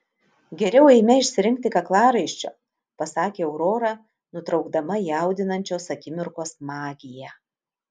geriau eime išsirinkti kaklaraiščio pasakė aurora nutraukdama jaudinančios akimirkos magiją